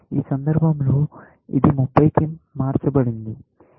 ఈ సందర్భంలో ఇది 30 కి మార్చబడింది